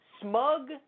smug